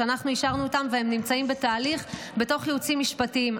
שאנחנו אישרנו והם נמצאים בתהליך של ייעוצים משפטיים.